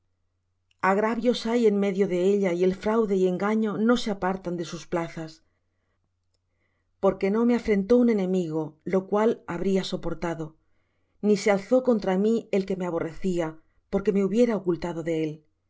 agravios hay en medio de ella y el fraude y engaño no se apartan de sus plazas porque no me afrentó un enemigo lo cual habría soportado ni se alzó contra mí el que me aborrecía porque me hubiera ocultado de él